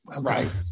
Right